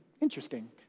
interesting